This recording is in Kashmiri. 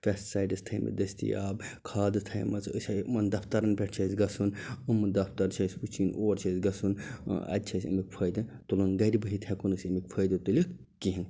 پیٚسٹہٕ سایڈٕس تھٲیمتۍ دستیاب کھادٕ تھایمَژٕ أسۍ آے یِمن دفتَرَن پٮ۪ٹھ چھُ اسہِ گَژھُن یِم دفتر چھِ اسہِ وچھِنۍ اور چھُ اسہِ گَژھُن ٲں اَتہ چھِ اسہِ امیٛک فٲیدٕ تُلُن گھرِ بِہِتھ ہیٚکو نہٕ أسۍ امیٛک فٲیدٕ تُلِتھ کہیٖنۍ